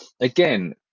again